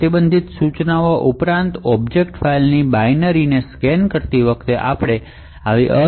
પ્રતિબંધિત ઇન્સટ્રકશનશ ઉપરાંત ઑબ્જેક્ટ ફાઇલના બાઈનરીને સ્કેન કરતી વખતે આપણે અસુરક્ષિત ઇન્સટ્રકશનશ પણ મેળવી શકીએ છીએ